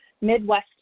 midwest